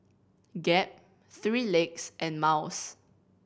Gap Three Legs and Miles